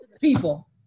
people